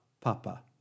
Papa